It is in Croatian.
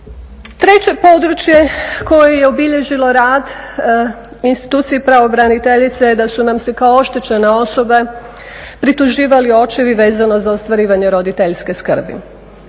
Treće područje koje je obilježilo rad institucije pravobraniteljice je da su nam se kao oštećene osobe prituživali očevi vezano za ostvarivanje roditeljske skrbi